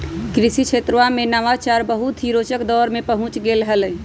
कृषि क्षेत्रवा में नवाचार बहुत ही रोचक दौर में पहुंच गैले है